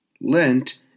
Lent